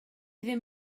ddim